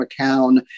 McCown